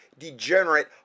degenerate